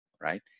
right